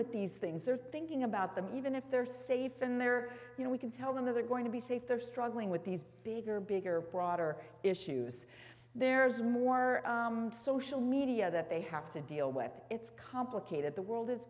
with these things they're thinking about them even if they're safe and they're you know we can tell them that they're going to be safe they're struggling with these bigger bigger broader issues there's more social media that they have to deal with it's complicated the world is